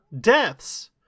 deaths